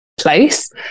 place